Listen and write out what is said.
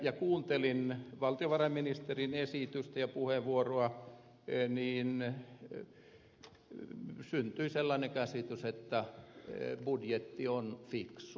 kun kuuntelin valtiovarainministerin esitystä ja puheenvuoroa niin syntyi sellainen käsitys että budjetti on fiksu